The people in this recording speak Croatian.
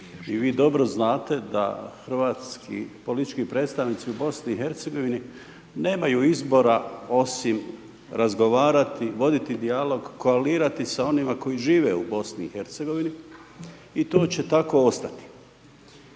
i vi dobro znate da hrvatski politički predstavnici u BiH nemaju izbora osim razgovarati, voditi dijalog, koalirati sa onima koji žive u BiH i to će tako ostati.